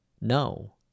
No